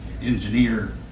engineer